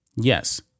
Yes